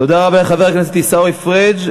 תודה רבה לחבר הכנסת עיסאווי פריג'.